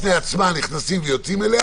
ואני כרגע לא נכנס,